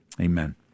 amen